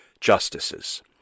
justices